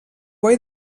boi